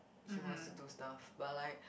he wants to do stuff but like